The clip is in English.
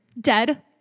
dead